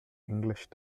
english